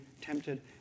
tempted